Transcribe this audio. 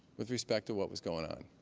with respect to what was going on.